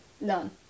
None